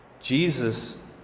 Jesus